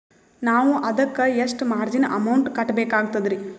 ನಾವು ಅದಕ್ಕ ಎಷ್ಟ ಮಾರ್ಜಿನ ಅಮೌಂಟ್ ಕಟ್ಟಬಕಾಗ್ತದ್ರಿ?